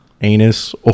Anus